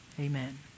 amen